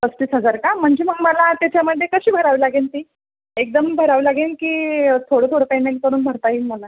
पस्तीस हजार का म्हणजे मग मला त्याच्यामध्ये कशी भरावी लागेल फी एकदम भरावी लागेल की थोडं थोडं पेमेंट करून भरता येईल मला